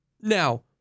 now